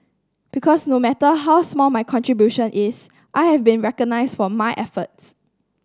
because no matter how small my contribution is I have been recognised for my efforts